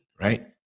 Right